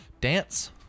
Dance